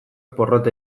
porrot